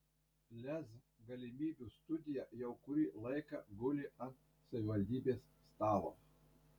lez galimybių studija jau kurį laiką guli ant savivaldybės stalo